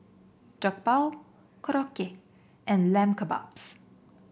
Jokbal Korokke and Lamb Kebabs